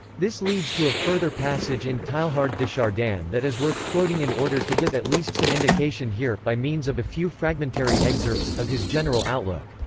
this leads to a further passage in teilhard de chardin that is worth quoting in order to give at least some indication here, by means of a few fragmentary excerpts, of his general outlook.